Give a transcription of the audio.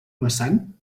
vessant